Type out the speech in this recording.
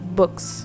books